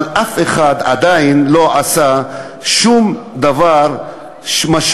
אבל אף אחד עדיין לא עשה שום דבר משמעותי